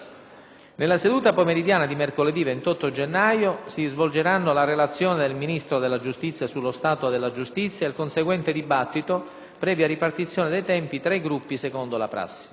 Nella seduta pomeridiana di mercoledì 28 gennaio si svolgeranno la Relazione del Ministro della giustizia sullo stato della giustizia e il conseguente dibattito, previa ripartizione dei tempi tra i Gruppi secondo la prassi.